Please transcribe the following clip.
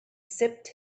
sipped